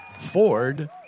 Ford